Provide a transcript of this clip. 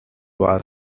was